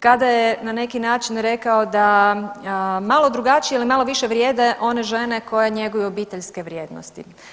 kada je na neki način rekao da malo drugačije ili malo više vrijede one žene koje njeguju obiteljske vrijednosti.